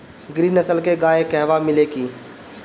गिरी नस्ल के गाय कहवा मिले लि?